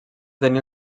tenir